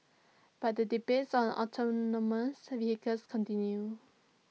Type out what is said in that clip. but the debate on autonomous vehicles continue